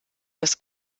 das